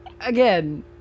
Again